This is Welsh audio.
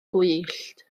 gwyllt